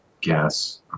gas